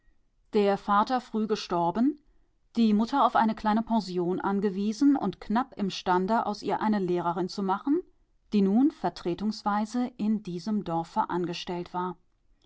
der vater früh gestorben die mutter auf eine kleine pension angewiesen und knapp imstande aus ihr eine lehrerin zu machen die nun vertretungsweise in diesem dorfe angestellt war